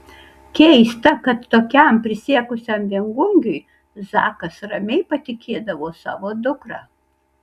keista kad tokiam prisiekusiam viengungiui zakas ramiai patikėdavo savo dukrą